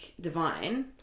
divine